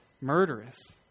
murderous